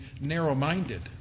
narrow-minded